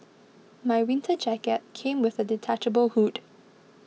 my winter jacket came with a detachable hood